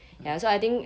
mm